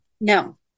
No